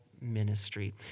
ministry